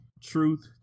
truth